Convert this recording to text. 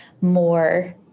more